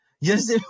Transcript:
Yes